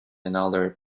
another